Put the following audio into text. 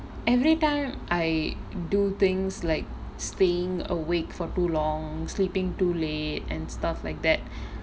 every time I do things like staying awake for too long sleeping too late and stuff like that